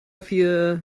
vier